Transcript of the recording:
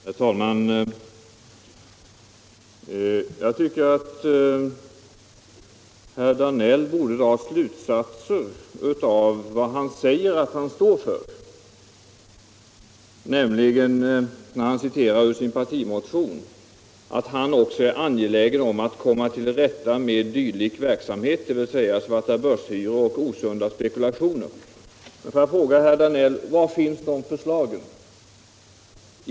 Herr talman! Jag tycker att herr Danell borde dra slutsatser av vad han säger att han står för, nämligen när han citerar ur sin partimotion och förklarar att han också är angelägen om att komma till rätta med dylik verksamhet, dvs. svartabörshyror och osunda spekulationer. Låt mig fråga herr Danell: Var finns de förslagen?